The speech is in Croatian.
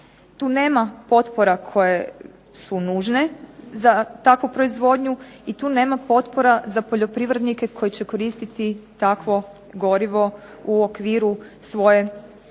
Tu nema potpora koje su nužne za takvu proizvodnju i tu nema potpora za poljoprivrednike koji će koristiti takvo gorivo u okviru svoje poljoprivredne